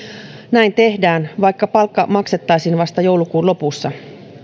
näin tehdään vaikka palkka maksettaisiin vasta joulukuun lopussa